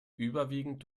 überwiegend